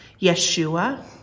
Yeshua